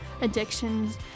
addictions